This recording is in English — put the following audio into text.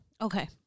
Okay